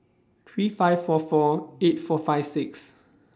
three five four four eight four five six